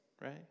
right